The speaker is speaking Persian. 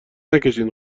نکشین